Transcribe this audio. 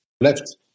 Left